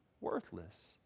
worthless